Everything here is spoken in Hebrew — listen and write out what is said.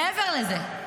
מעבר לזה,